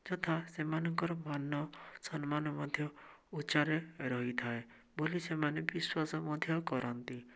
ଯଥା ସେମାନଙ୍କର ମାନ ସମ୍ମାନ ମଧ୍ୟ ଉଚ୍ଚାରେ ରହିଥାଏ ବୋଲି ସେମାନେ ବିଶ୍ୱାସ ମଧ୍ୟ କରନ୍ତି